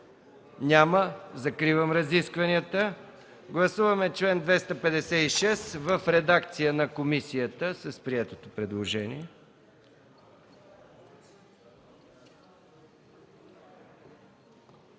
Няма. Закривам разискванията. Гласуваме чл. 256 в редакция на комисията с приетото предложение.